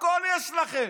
הכול יש לכם,